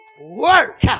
work